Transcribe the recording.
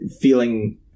feeling